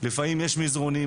לפעמים יש מזרונים,